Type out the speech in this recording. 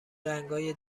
رنگای